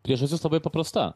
priežastis labai paprasta